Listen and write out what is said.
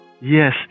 Yes